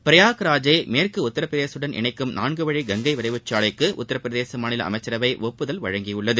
பிரயாக் ராஜை மேற்கு உத்தரப்பிரதேசத்துடன் இணைக்கும் நான்குவழி கங்கை விரைவுச்சாலைக்கு உத்தரப்பிரதேச மாநில அமைச்சரவை ஒப்புதல் அளித்துள்ளது